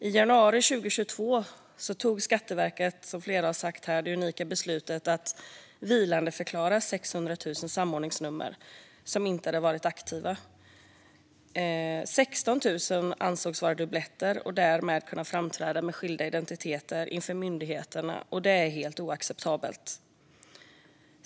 I januari 2022 tog Skatteverket, som flera har sagt här, det unika beslutet att vilandeförklara över 600 000 samordningsnummer som inte borde ha varit aktiva. 16 000 av dem ansågs vara dubbletter, vilket möjliggör för en person att framträda med skilda identiteter inför myndigheterna. Det är helt oacceptabelt.